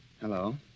Hello